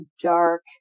dark